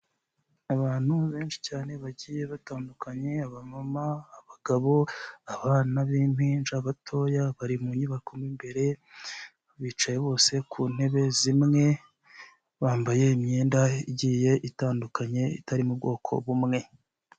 Abantu benshi cyane bagiye batandukanye aba mama, abagabo, abana b'impinja batoya bari munyubako mw'imbere bicaye bose ku ntebe zimwe bambaye imyenda igiye itandukanye itari mu bwoko bumwe.